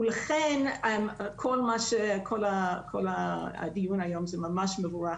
לכן כל הדיון היום מאוד מבורך,